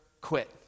quit